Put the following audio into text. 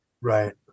right